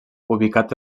ubicat